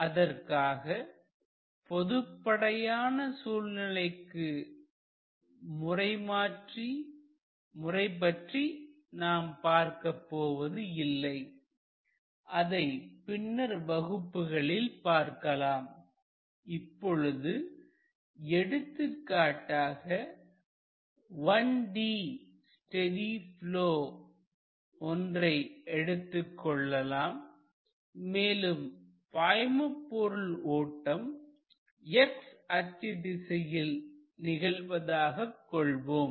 அதற்காக பொதுப்படையான சூழ்நிலைக்கான முறை பற்றி நாம் பார்க்கப்போவது இல்லை அதைப் பின்னர் வகுப்புகளில் பார்க்கலாம் இப்பொழுது எடுத்துக்காட்டாக 1 D ஸ்டெடி ப்லொ ஒன்றை எடுத்துக் கொள்ளலாம் மேலும் பாய்மபொருள் ஓட்டம் x அச்சு திசையில் நிகழ்வதாக கொள்வோம்